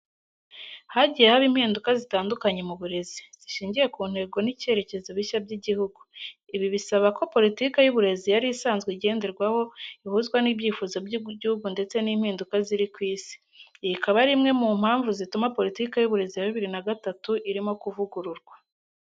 Hagiye haba impinduka zitandukanye mu burezi, zishingiye ku ntego n’icyerekezo bishya by’igihugu. Ibi bisaba ko politike y’Uburezi yari isanzwe igenderwaho ihuzwa n’ibyifuzo by’igihugu ndetse n’impinduka ziri ku Isi. Iyi ikaba ari imwe mu mpamvu zituma politike y’uburezi ya bibiri na gatatu irimo kuvugururwa.